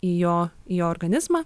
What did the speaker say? į jo į jo organizmą